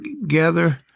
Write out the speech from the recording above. together